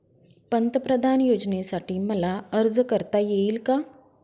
पंतप्रधान योजनेसाठी मला अर्ज करता येईल का?